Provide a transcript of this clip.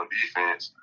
defense